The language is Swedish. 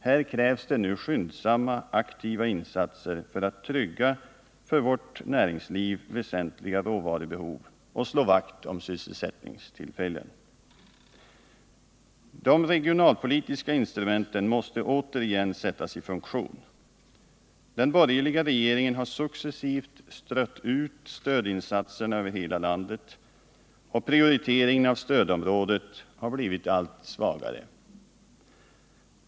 Här krävs det nu skyndsamma aktiva insatser för att trygga för vårt näringsliv väsentliga råvarubehov och slå vakt om sysselsättningstillfällen. De regionalpolitiska instrumenten måste återigen sättas i funktion. Den borgerliga regeringen har successivt strött ut stödinsatserna över hela landet, och prioriteringen av stödområdet har blivit allt svagare.